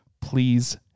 Please